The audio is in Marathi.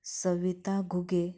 सविता घुगे